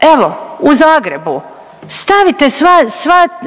evo u Zagrebu stavite sva,